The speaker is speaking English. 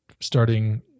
starting